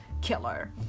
killer